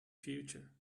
future